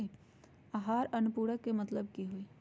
आहार अनुपूरक के मतलब की होइ छई?